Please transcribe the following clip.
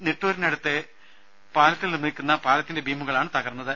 നിട്ടൂരിനടുത്ത് ബാലത്തിൽ നിർമ്മിക്കുന്ന പാലത്തിന്റെ ബീമുകളാണ് തകർന്നത്